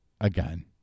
Again